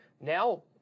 now